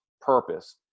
purpose